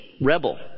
rebel